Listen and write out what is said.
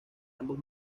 ambos